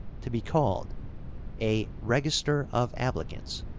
to be called a register of applicants,